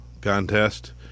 contest